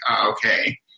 okay